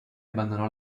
abbandonò